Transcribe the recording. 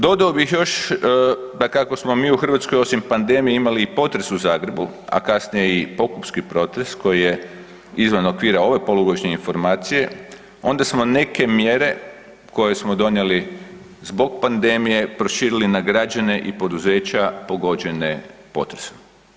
Dodao bih još da kako smo mi u Hrvatskoj osim pandemije imali i potres u Zagrebu, a kasnije i pokupski potres koji je izvan okvira ove polugodišnje informacije, onda smo neke mjere, koje smo donijeli zbog pandemije proširili na građane i poduzeća pogođene potresom.